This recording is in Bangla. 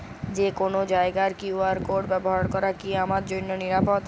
যে কোনো জায়গার কিউ.আর কোড ব্যবহার করা কি আমার জন্য নিরাপদ?